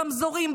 ברמזורים,